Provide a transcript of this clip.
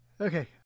Okay